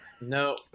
no